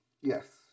Yes